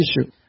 issue